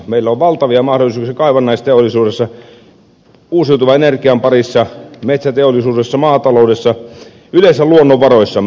meillä on valtavia mahdollisuuksia kaivannaisteollisuudessa uusiutuvan energian parissa metsäteollisuudessa maataloudessa yleensä luonnonvaroissamme